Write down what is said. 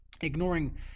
Ignoring